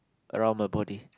around my body